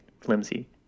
flimsy